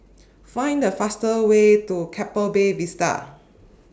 Find The fastest Way to Keppel Bay Vista